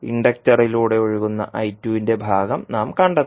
ഇൻഡക്ടറിലൂടെ ഒഴുകുന്ന ന്റെ ഭാഗം നാം കണ്ടെത്തണം